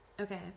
Okay